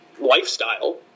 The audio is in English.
lifestyle